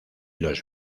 los